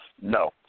No